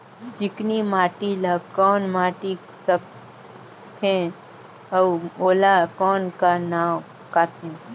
चिकनी माटी ला कौन माटी सकथे अउ ओला कौन का नाव काथे?